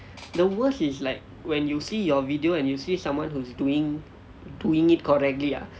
the worst is like when you see your video and you see someone who's doing doing it correctly ah